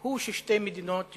היא ששתי מדינות יקומו,